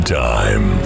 time